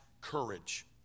courage